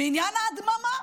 בעניין ההדממה?